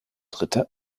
ritter